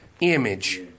image